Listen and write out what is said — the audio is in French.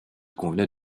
convenait